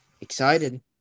excited